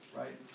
right